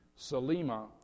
Salima